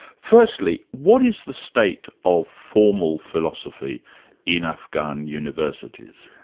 firstly, what is the state of formal philosophy in afghan universities?